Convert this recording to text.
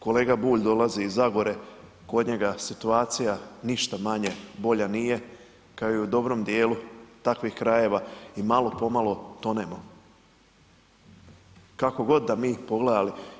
Kolega Bulj dolazi iz Zagore, kod njega situacija ništa manje bolje nije kao i u dobrom dijelu takvih krajeva i malo po malo tonemo, kako god mi malo pogledali.